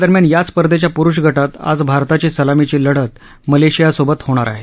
दरम्यान याच स्पर्धेच्या प्रुष ग ात आज भारताची सलामीची लढत मलेशियासोबत होणार आहे